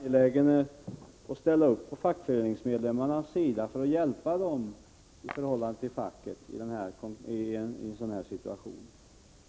Herr talman! Tage Sundkvist är mycket angelägen om att ställa upp på fackföreningsmedlemmarnas sida för att hjälpa dem mot facket i en sådan här situation.